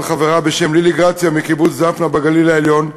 חברה בשם ללי גרציה מקיבוץ דפנה בגליל העליון.